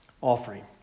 offering